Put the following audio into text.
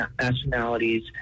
nationalities